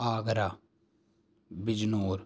Agra Bijnor